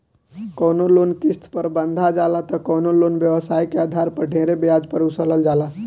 कवनो लोन किस्त पर बंधा जाला त कवनो लोन व्यवसाय के आधार पर ढेरे ब्याज पर वसूलल जाला